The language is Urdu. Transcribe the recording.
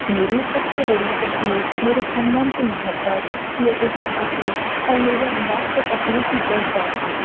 میری سب سے بڑی تحریک میرے خاندان کے محبت لوگوں کی خوشی اور میرے انداز کا تخلیقی جذبہ تھا